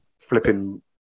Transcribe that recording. flipping